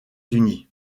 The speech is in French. unis